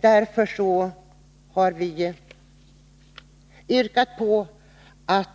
Därför har vi yrkat att